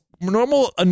normal